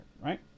Right